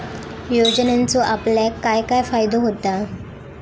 योजनेचो आपल्याक काय काय फायदो होता?